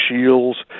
shields